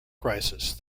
crisis